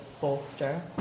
bolster